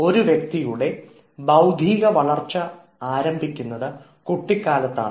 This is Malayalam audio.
ഒരു വ്യക്തിയുടെ ബൌദ്ധിക വളർച്ച ആരംഭിക്കുന്നത് കുട്ടികാലത്താണ്